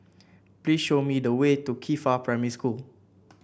please show me the way to Qifa Primary School